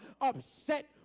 upset